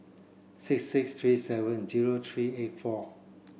six six three seven zero three eight four